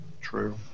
True